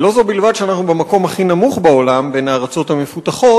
ולא זו בלבד שאנחנו במקום הכי נמוך בעולם בין הארצות המפותחות,